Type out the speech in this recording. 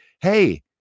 hey